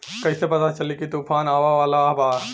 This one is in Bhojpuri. कइसे पता चली की तूफान आवा वाला बा?